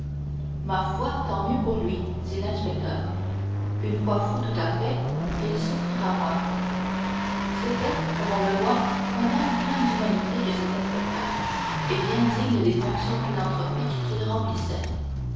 ma foi tant mieux pour lui dit l'inspecteur une fois fou tout à fait il souffrira moins c'était comme on le voit un homme plein d'humanité que cet inspecteur et bien digne des fonctions philanthropiques qu'il remplissait